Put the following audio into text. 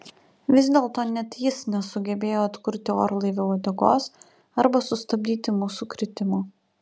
vis dėlto net jis nesugebėjo atkurti orlaivio uodegos arba sustabdyti mūsų kritimo